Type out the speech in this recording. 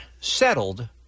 settled